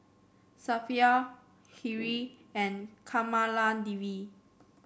Suppiah Hri and Kamaladevi